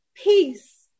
Peace